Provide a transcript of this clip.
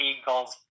Eagles